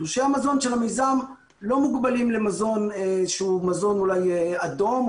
תלושי המזון של המיזם לא מוגבלים למזון שהוא מזון אולי אדום,